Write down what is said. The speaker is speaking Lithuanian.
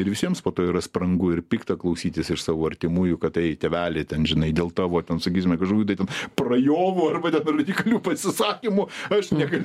ir visiems po to yra sprangu ir pikta klausytis iš savo artimųjų kad tai tėveli ten žinai dėl tavo ten sakysime kažkokių tai ten prajovų arba radikalių pasisakymų aš negaliu